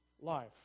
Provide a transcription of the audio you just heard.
Life